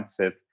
mindset